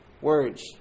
Words